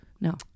no